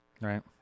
right